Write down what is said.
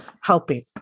helping